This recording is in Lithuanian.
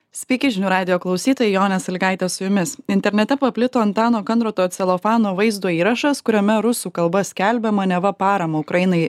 sveiki žinių radijo klausytojai jonė sąlygaitė su jumis internete paplito antano kandroto celofano vaizdo įrašas kuriame rusų kalba skelbiama neva paramą ukrainai